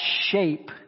shape